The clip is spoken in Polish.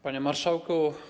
Panie Marszałku!